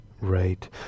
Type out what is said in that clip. Right